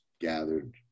gathered